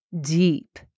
deep